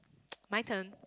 my turn